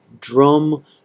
drum